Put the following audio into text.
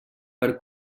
per